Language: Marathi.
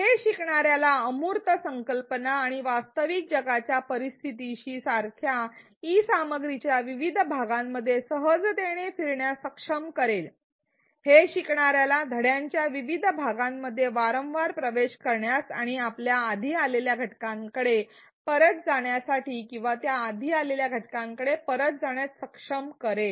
हे शिकणार्याला अमूर्त संकल्पना आणि वास्तविक जगाच्या परिस्थिती यासारख्या ई सामग्रीच्या विविध भागांमध्ये सहजतेने फिरण्यास सक्षम करेल हे शिकणार्याला धड्यांच्या विविध भागांमध्ये वारंवार प्रवेश करण्यास आणि आधी आलेल्या घटकांकडे परत जाण्यासाठी किंवा त्या आधी आलेल्या घटकांकडे परत जाण्यास सक्षम करेल